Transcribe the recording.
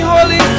Holy